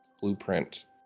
blueprint